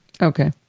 Okay